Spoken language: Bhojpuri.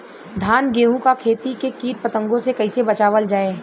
धान गेहूँक खेती के कीट पतंगों से कइसे बचावल जाए?